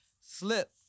slip